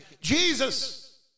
Jesus